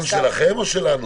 שלהם או שלנו?